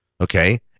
okay